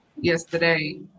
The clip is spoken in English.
yesterday